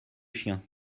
chien